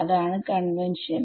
അതാണ് കൺവെൻഷൻ